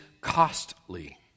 costly